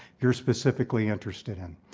you're specifically interested in.